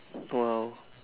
!wow!